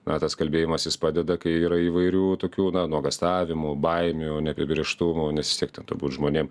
na tas kalbėjimasis padeda kai yra įvairių tokių nuogąstavimų baimių neapibrėžtumų nes vis tiek ten turbūt žmonėm